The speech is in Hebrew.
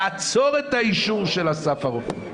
תעצור את האישור של אסף הרופא,